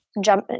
jump